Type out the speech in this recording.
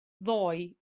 ddoi